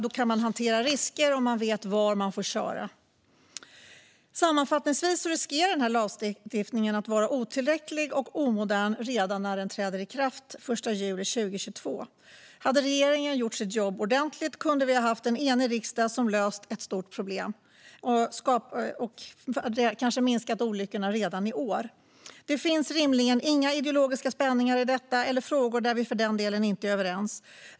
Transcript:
Då kan man hantera risker, och man vet var man får köra. Sammanfattningsvis riskerar lagstiftningen att vara otillräcklig och omodern redan när den träder i kraft den 1 juli 2022. Hade regeringen gjort sitt jobb ordentligt kunde vi ha haft en enig riksdag som löst ett stort problem och kanske minskat olyckorna redan i år. Det finns rimligen inga ideologiska spänningar i detta eller frågor där vi för den delen inte är överens.